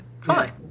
Fine